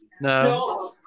no